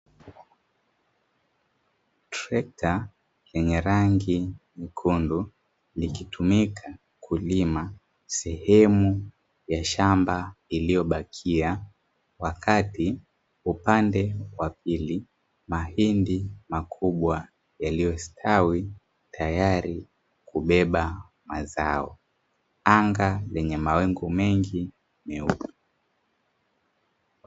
Trekta yenye rangi nyekundu likitumika kulima sehemu ya shamba iliyobakia, wakati upande wa pili mahindi makubwa yaliyostawi tayari kubeba mazao, anga lenye mawingu mengi meupe.